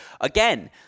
again